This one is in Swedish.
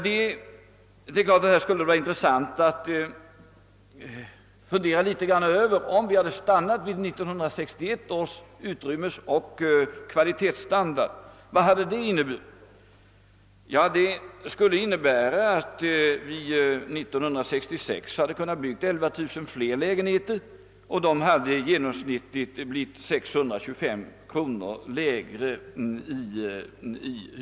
Det skulle självfallet vara intressant att fundera något över vad det skulle ha inneburit, om vi hade stannat vid 1961 års utrymmesoch kvalitetsstandard. Vi hade under sådana förhållanden år 1966 kunnat bygga 11000 fler lägenheter, och hyreskostnaden skulle genomsnittligt ha blivit 625 kronor lägre.